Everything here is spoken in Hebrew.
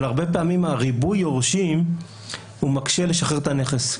אבל הרבה פעמים ריבוי היורשים מקשה לשחרר את הנכס,